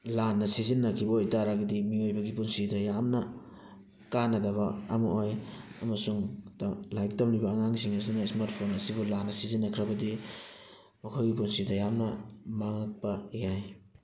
ꯂꯥꯟꯅ ꯁꯤꯖꯤꯟꯅꯈꯤꯕ ꯑꯣꯏꯇꯥꯔꯒꯗꯤ ꯃꯤꯑꯣꯏꯕꯒꯤ ꯄꯨꯟꯁꯤꯗ ꯌꯥꯝꯅ ꯀꯥꯟꯅꯗꯕ ꯑꯃ ꯑꯣꯏ ꯑꯃꯁꯨꯡ ꯂꯥꯏꯔꯤꯛ ꯇꯝꯂꯤꯕ ꯑꯉꯥꯡꯁꯤꯡꯅꯁꯨ ꯏꯁꯃꯥꯔꯠ ꯐꯣꯟ ꯑꯁꯤꯕꯨ ꯂꯥꯟꯅ ꯁꯤꯖꯤꯟꯅꯈ꯭ꯔꯕꯗꯤ ꯃꯈꯣꯏꯒꯤ ꯄꯨꯟꯁꯤꯗ ꯌꯥꯝꯅ ꯃꯥꯡꯉꯛꯄ ꯌꯥꯏ